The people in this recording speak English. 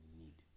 need